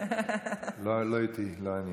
לא איתי, לא אני.